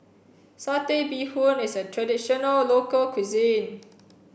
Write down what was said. satay bee hoon is a traditional local cuisine